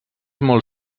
molt